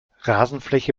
rasenfläche